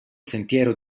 sentiero